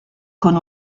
con